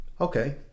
okay